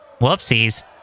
Whoopsies